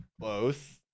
Close